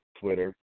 Twitter